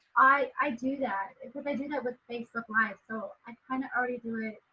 i i do that they did it with facebook live so i kind of already do